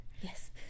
Yes